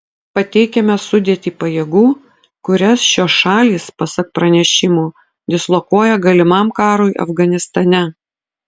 pateikiame sudėtį pajėgų kurias šios šalys pasak pranešimų dislokuoja galimam karui afganistane